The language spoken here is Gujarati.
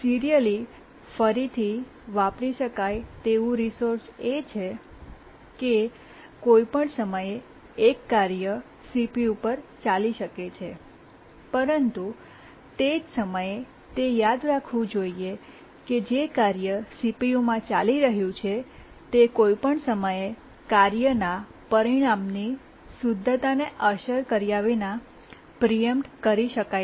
સિરીઅલી ફરીથી વાપરી શકાય તેવું રિસોર્સ એ છે કે કોઈપણ સમયે એક કાર્ય CPU પર ચાલી શકે છે પરંતુ તે જ સમયે તે યાદ રાખવું જોઇએ કે જે કાર્ય સીપીયુમાં ચાલી રહ્યું છે તે કોઈપણ સમયે કાર્યના પરિણામની શુદ્ધતાને અસર કર્યા વિના પ્રીએમ્પ્ટ કરી શકાય છે